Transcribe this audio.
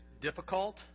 difficult